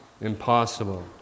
impossible